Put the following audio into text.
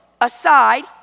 aside